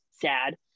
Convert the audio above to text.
sad